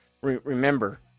remember